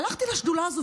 הלכתי לשדולה הזו,